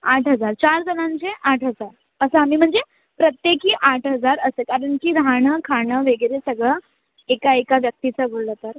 आठ हजार चार जणांचे आठ हजार असं आम्ही म्हणजे प्रत्येकी आठ हजार असे कारण की राहणं खाणं वगैरे सगळं एका एका व्यक्तीचं बोललं तर